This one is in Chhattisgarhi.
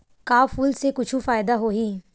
का फूल से कुछु फ़ायदा होही?